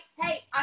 hey